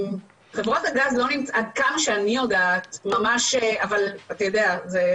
טוב אנחנו נבדוק ואז נתייחס,